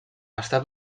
està